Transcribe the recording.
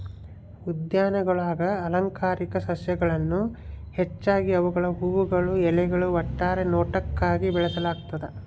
ಉದ್ಯಾನಗುಳಾಗ ಅಲಂಕಾರಿಕ ಸಸ್ಯಗಳನ್ನು ಹೆಚ್ಚಾಗಿ ಅವುಗಳ ಹೂವುಗಳು ಎಲೆಗಳು ಒಟ್ಟಾರೆ ನೋಟಕ್ಕಾಗಿ ಬೆಳೆಸಲಾಗ್ತದ